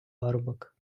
парубок